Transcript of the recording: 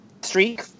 streak